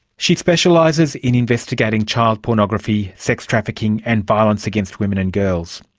she specialises in investigating child pornography, sex trafficking and violence against women and girls.